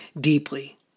deeply